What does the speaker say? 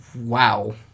Wow